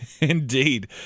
Indeed